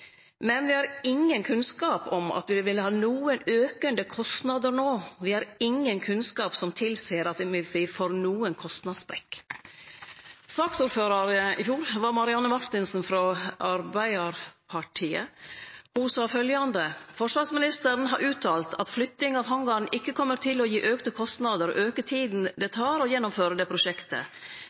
vi har ingen kunnskap om at vi vil ha noen økende kostnader nå, vi har ingen kunnskap som tilsier at vi får noen kostnadssprekk.» Saksordførar i fjor var Marianne Marthinsen frå Arbeidarpartiet. Ho sa følgjande: «Forsvarsministeren har uttalt at flytting av hangaren ikke kommer til å gi økte kostnader og øke tiden det tar